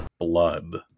blood